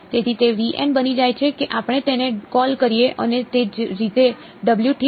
તેથી તે બની જાય છે કે આપણે તેને કૉલ કરીએ અને તે જ રીતે ઠીક થઈ જાય છે